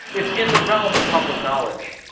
it's in the realm of public knowledge.